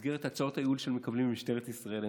במסגרת הצעות הייעול שמקבלים במשטרת ישראל.